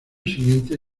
siguiente